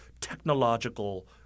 technological